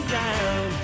down